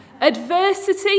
Adversity